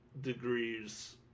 degrees